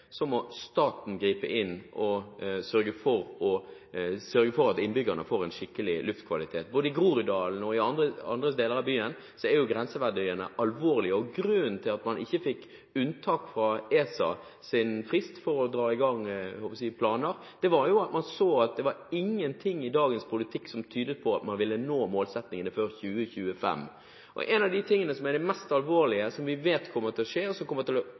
må staten gripe inn og sørge for at innbyggerne får en skikkelig luftkvalitet. Både i Groruddalen og andre steder i byen er grenseverdiene alvorlige, og grunnen til at man ikke fikk unntak fra ESAs frist for å dra i gang planer, var at man så at det var ingenting i dagens politikk som tydet på at man ville nå målsettingene før 2025. En av de tingene som er det mest alvorlige, som vi vet kommer til å skje, og som kommer til å